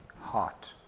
heart